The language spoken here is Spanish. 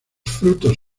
frutos